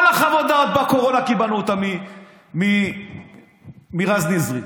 את כל חוות הדעת בקורונה קיבלנו מרז נזרי.